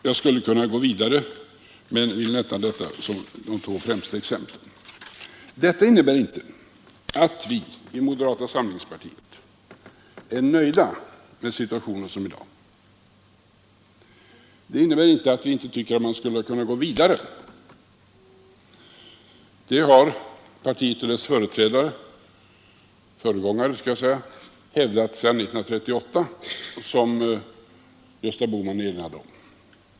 Jag skulle kunna gå vidare men vill nämna dessa som de främsta exemplen. Detta innebär inte att vi i moderata samlingspartiet är nöjda med situationen som den är i dag. Det innebär inte att vi inte tyckt att man skulle ha kunnat gå vidare. Det har partiet och dess föregångare hävdat sedan 1938, som Gösta Bohman erinrade om.